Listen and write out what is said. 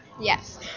Yes